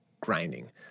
grinding